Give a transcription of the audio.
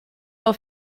wel